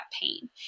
pain